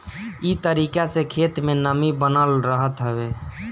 इ तरीका से खेत में नमी बनल रहत हवे